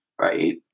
right